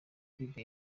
kwiga